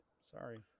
Sorry